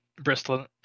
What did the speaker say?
Bristol